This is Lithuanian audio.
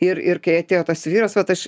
ir ir kai atėjo tas vyras vat aš